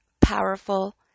powerful